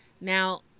Now